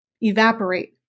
evaporate